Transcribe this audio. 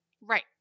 Right